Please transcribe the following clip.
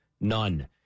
none